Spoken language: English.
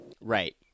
Right